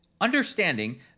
Understanding